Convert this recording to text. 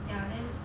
ya then